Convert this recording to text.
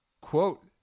Quote